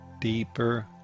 deeper